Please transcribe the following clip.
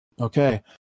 Okay